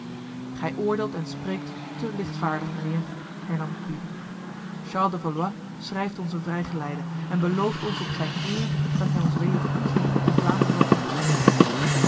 gij oordeelt en spreekt te lichtvaardig mijnheer hernam gwyde charles de valois schrijft ons een vrijgeleide en belooft ons op zijn eer dat hij ons weder ongehinderd in vlaanderen zal terugbrengen